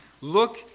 Look